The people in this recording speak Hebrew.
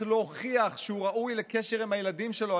להוכיח שהוא ראוי לקשר עם הילדים שלו.